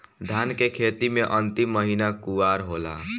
धान के खेती मे अन्तिम महीना कुवार होला?